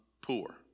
poor